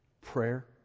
prayer